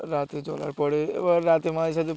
রাতে জ্বলার পরে এবার রাতে মাঝে সাঝে